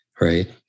right